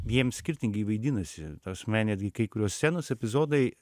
jiems skirtingai vaidinasi ta prasme netgi kai kurios scenos epizodai